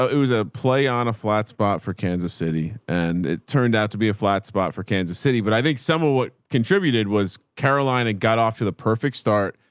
ah it was a play on a flat spot for kansas city. and it turned out to be a flat spot for kansas city. but i think some of what contributed was carolina got off to the perfect start,